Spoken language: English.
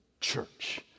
church